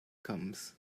comes